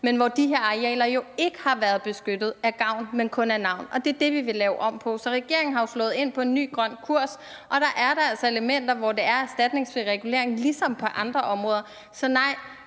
men hvor de her arealer ikke har været beskyttet af gavn, men kun af navn. Og det er det, vi vil lave om på. Så regeringen er jo slået ind på en ny grøn kurs, og der er der altså elementer, hvor det er erstatningsfri regulering ligesom på andre områder. Så nej,